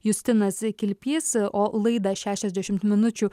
justinas kilpys o laidą šešiasdešimt minučių